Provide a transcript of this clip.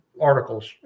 articles